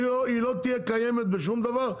הם לא יהיו קיימים בשום דבר,